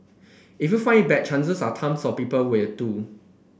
if you find it bad chances are tons of people will too